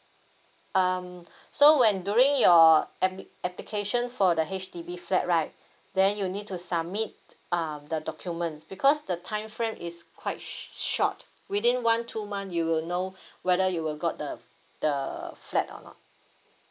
um so when during your admi~ application for the H_D_B flat right then you need to submit um the documents because the time frame is quite sh~ short within one two month you will know whether you will got the f~ the flat or not